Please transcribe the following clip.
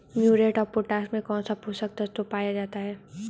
Muriate of potash में कौन सा पोषक तत्व पाया जाता है?